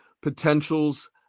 potentials